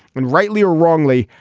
and rightly or wrongly,